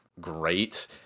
great